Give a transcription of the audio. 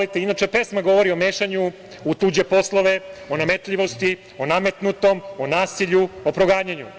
Inače, pesma govori o mešanju u tuđe poslove, o nametljivosti, o nametnutom, o nasilju, o proganjanju.